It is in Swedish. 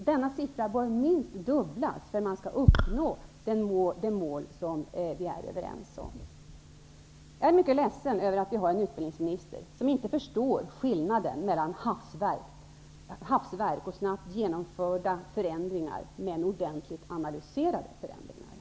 Denna siffra bör minst dubblas för att man skall uppnå det mål som vi är överens om. Jag är mycket ledsen över att vi har en utbildningsminister som inte förstår skillnaden mellan hafsverk och snabbt genomförda men ordentligt analyserade förändringar.